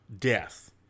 death